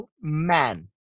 man